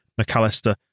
McAllister